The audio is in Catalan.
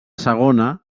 segona